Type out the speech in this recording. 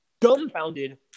dumbfounded